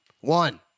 One